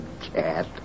cat